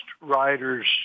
riders